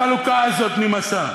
החלוקה הזאת נמאסה.